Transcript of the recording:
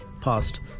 past